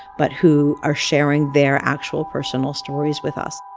but who are sharing their actual personal stories with us